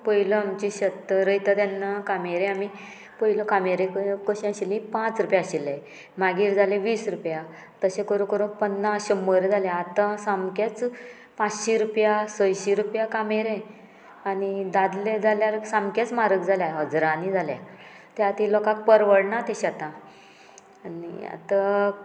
पयलो आमचे शेत रयता तेन्ना कामेरे आमी पयलो कामेरे कशी आशिल्ली पांच रुपया आशिल्ले मागीर जाले वीस रुपया तशें करूं करूं पन्नास शंबर जाले आतां सामकेंच पांचशी रुपया सयशी रुपया कामेरे आनी दादले जाल्यार सामकेंच म्हारग जाले हजरांनी जाल्या त्या खातीर लोकांक परवडना तें शेतां आनी आतां